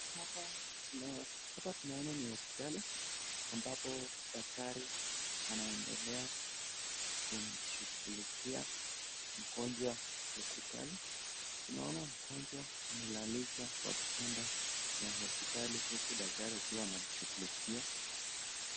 Hapa tunaona ni hospitali ambapo daktari anaendelea kumshughulikia mgonjwa hospitali. Tunaona mgonjwa amelalishwa kwa kitanda ya hospitali huku daktari akiwa anamshughulikia.